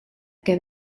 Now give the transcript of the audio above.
que